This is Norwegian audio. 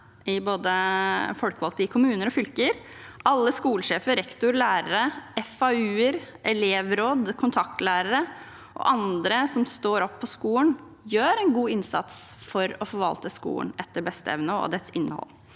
både folkevalgte i kommuner og fylker, alle skolesjefer, rektorer, lærere, FAUer, elevråd, kontaktlærere og andre som står opp for skolen, gjør en god innsats for å forvalte skolen og dens innhold